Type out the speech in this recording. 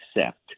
accept